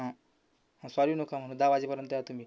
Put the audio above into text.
हं हं सॉरी नका म्हणू दहा वाजेपर्यंत या तुम्ही